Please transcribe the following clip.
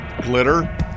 glitter